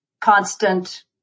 constant